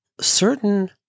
certain